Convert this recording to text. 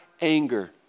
anger